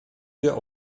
wir